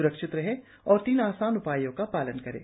स्रक्षित रहें और तीन आसान उपायों का पालन करें